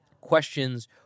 questions